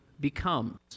becomes